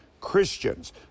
Christians